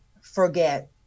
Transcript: forget